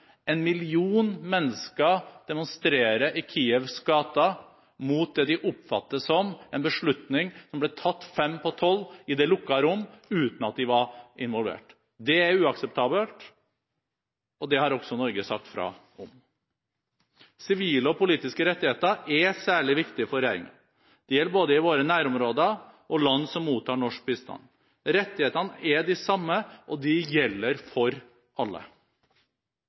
En million mennesker demonstrerer i Kievs gater mot det de oppfatter som en beslutning som ble tatt fem på tolv i det lukkede rom, uten at de var involvert. Det er uakseptabelt, og det har også Norge sagt fra om. Sivile og politiske rettigheter er særlig viktige for regjeringen. Det gjelder både i våre nærområder og i land som mottar norsk bistand. Rettighetene er de samme, og de gjelder for alle.